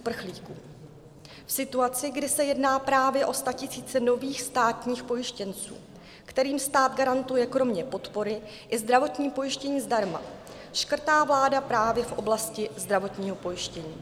V situaci, kdy se jedná právě o statisíce nových státních pojištěnců, kterým stát garantuje kromě podpory i zdravotní pojištění zdarma, škrtá vláda právě v oblasti zdravotního pojištění.